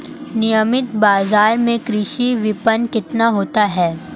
नियमित बाज़ार में कृषि विपणन कितना होता है?